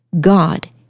God